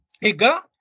Ega